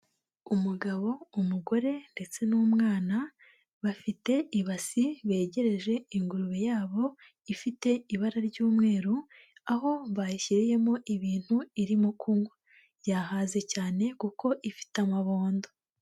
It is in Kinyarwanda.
Umugabo, umugore ndetse n'umwana bafite ibasi begereje ingurube yabo ifite ibara ry'umweru, aho bayishyiriyemo ibintu irimo kunywa. Yahaze cyane kuko ifite amabondo.